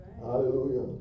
Hallelujah